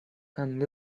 and